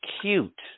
cute